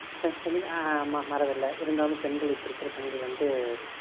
மா மாறதில்லை இருந்தாலும் பெண்கள் இப்போ இருக்கிற பெண்கள் வந்து